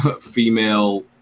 female